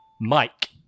Mike